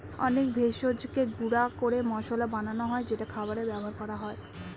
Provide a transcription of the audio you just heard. অনেক ভেষজকে গুঁড়া করে মসলা বানানো হয় যেটা খাবারে ব্যবহার করা হয়